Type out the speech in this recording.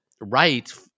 right